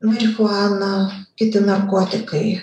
marichuana kiti narkotikai